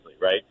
right